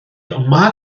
yma